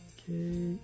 Okay